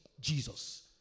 Jesus